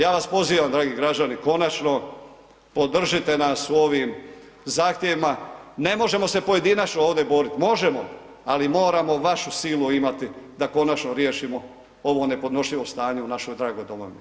Ja vas pozivam dragi građani konačno podržite nas u ovim zahtjevima, ne možemo se pojedinačno ovdje borit, možemo, ali moramo vašu silu imati da konačno riješimo ovo nepodnošljivo stanje u našoj dragoj domovini.